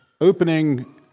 opening